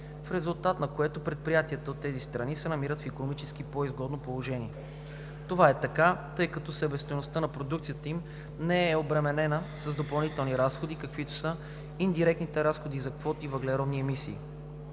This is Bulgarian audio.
в резултат на което предприятията от тези страни се намират в икономически по-изгодно положение. Това е така, тъй като себестойността на продукцията им не е обременена с допълнителни разходи, каквито са индиректните разходи за квоти въглеродни емисии.